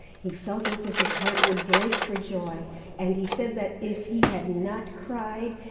he felt as if his heart would break for, joy and he said that if he had not cried,